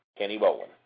KennyBolin